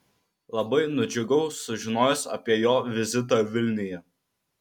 labai nudžiugau sužinojęs apie jo vizitą vilniuje